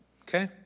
Okay